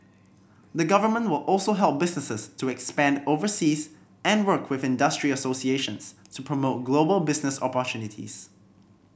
the government will also help businesses to expand overseas and work with industry associations to promote global business opportunities